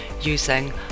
using